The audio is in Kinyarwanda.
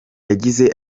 yagize